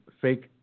fake